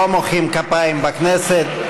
לא מוחאים כפיים בכנסת.